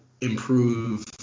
improve